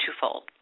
twofold